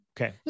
okay